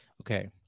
Okay